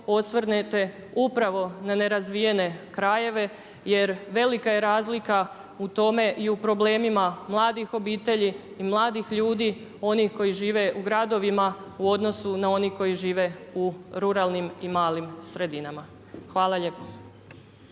osvrnete upravo na nerazvijene krajeve jer velika je razlika u tome i u problemima mladih obitelji i mladih ljudi, onih koji žive u gradovima u odnosu na one koji žive u ruralnim i malim sredinama. Hvala lijepa.